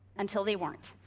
until they weren't.